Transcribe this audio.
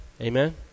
amen